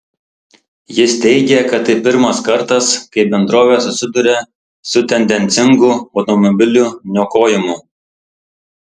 jis teigė kad tai pirmas kartas kai bendrovė susiduria su tendencingu automobilių niokojimu